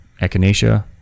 echinacea